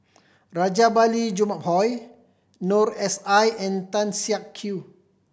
Rajabali Jumabhoy Noor S I and Tan Siak Kew